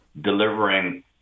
delivering